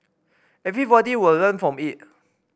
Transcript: everybody will learn from it